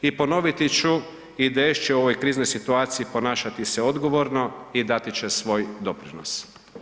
I ponoviti ću, IDS će u ovoj kriznoj situaciji ponašati se odgovorno i dati će svoj doprinos.